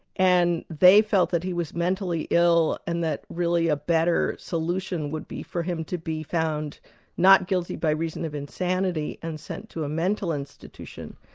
and they felt that he was mentally ill and that really a better solution would be for him to be found not guilty by reason of insanity and sent to a mental institution.